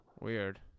Weird